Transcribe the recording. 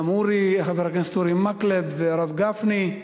גם חבר הכנסת אורי מקלב והרב גפני,